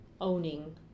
owning